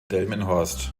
delmenhorst